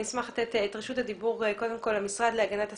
אני אשמח לתת את רשות הדיבור קודם כל למשרד להגנת הסביבה,